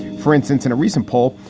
for instance, in a recent poll,